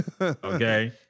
Okay